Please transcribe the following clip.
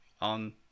on